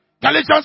Galatians